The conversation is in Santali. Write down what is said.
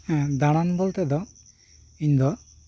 ᱦᱮᱸ ᱫᱟᱬᱟᱱ ᱵᱚᱞᱛᱮ ᱫᱚ ᱤᱧ ᱫᱚ